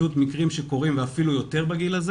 אלה פשוט מקרים שקורים ואפילו יותר בגיל הזה